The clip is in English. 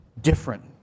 different